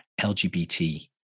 LGBT